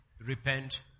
Repent